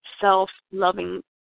self-loving